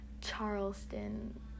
charleston